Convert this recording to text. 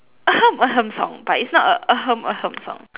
ahem ahem song but it is not a ahem ahem song